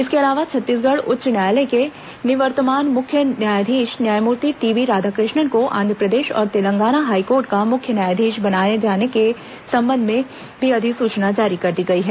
इसके अलावा छत्तीसगढ़ उच्च न्यायालय के निवर्तमान मुख्य न्यायाधीश न्यायमूर्ति टीबी राधाकृष्णन को आंध्रप्रदेश और तेलंगाना हाईकोर्ट का मुख्य न्यायाधीश बनाये जाने के संबंध में भी अधिसूचना जारी की गई है